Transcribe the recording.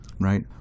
Right